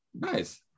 nice